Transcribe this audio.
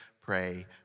pray